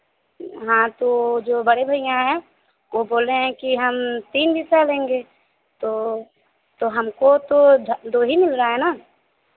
हाँ तो जो बड़े भैया हैं वह बोल रहे हैं कि हम तीन हिस्सा लेंगे तो तो हमको तो धा दो ही मिल रहा है ना